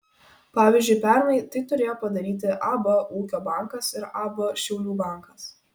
pavyzdžiui pernai tai turėjo padaryti ab ūkio bankas ir ab šiaulių bankas